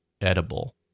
edible